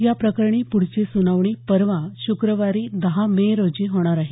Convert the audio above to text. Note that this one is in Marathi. या प्रकरणी पुढची सुनावणी परवा शुक्रवारी दहा मे रोजी होणार आहे